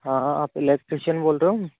हाँ हाँ आप इलेक्ट्रिशन बोल रहे हो